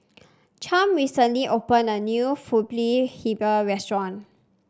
Champ recently opened a new pulut Hitam Restaurant